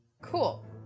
Cool